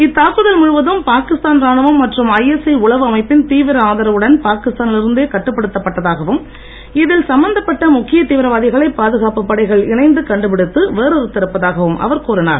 இத்தாக்குதல் முழுவதும் பாகிஸ்தான் ராணுவம் மற்றும் ஐஎஸ்ஐ உளவு அமைப்பின் தீவிர ஆதரவுடன் பாகிஸ்தானில் இருந்தே கட்டுப்படுத்தப்பட்டதாகவும் இதில் சம்பந்தப்பட்ட முக்கிய தீவிரவாதிகளை பாதுகாப்புப் படைகள் இணைந்து கண்டுபிடித்து வேரறுத்து இருப்பதாகவும் அவர் கூறினார்